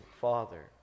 father